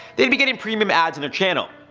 they'd be getting premium ads on their channel.